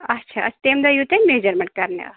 اچھا تمہِ دۄہ یِیُو تُہۍ میٚجَرمینٛٹ کَرنہِ اَتھ